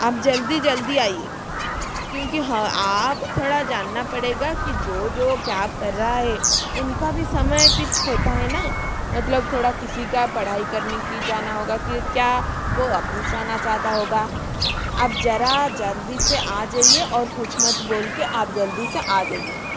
आप जल्दी जल्दी आइए क्योंकि हाँ आप थोड़ा जानना पड़ेगा कि जो जो कैब कर रहा है उनका भी समय किच होता हे ना मतलब थोड़ा किसी का पढ़ाई करने की जाना होगा कि क्या को ऑफिस जाना चाहता होगा आप जरा जल्दी से आ जाइए और कुछ मत बोल के आप जल्दी से आ जाइए